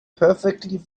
perfectly